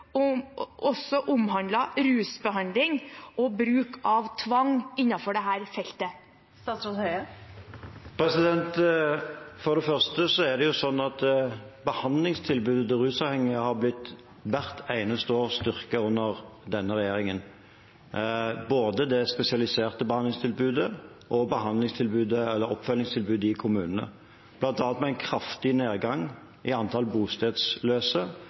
også omhandlet rusbehandling og bruk av tvang innenfor dette feltet? For det første er behandlingstilbudet til rushavhengige blitt styrket hvert eneste år under denne regjeringen – både det spesialiserte behandlingstilbudet og oppfølgingstilbudet i kommunene – bl.a. ved en kraftig nedgang i antall bostedsløse,